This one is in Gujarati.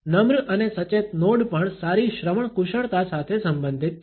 નમ્ર અને સચેત નોડ પણ સારી શ્રવણ કુશળતા સાથે સંબંધિત છે